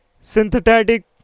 synthetic